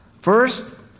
First